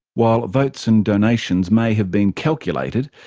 while votes and donations may have been calculated,